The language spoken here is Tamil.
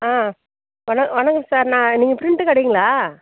ஆ ஹலோ வணக்கம் சார் நான் நீங்கள் ப்ரிண்ட்டு கடைங்களா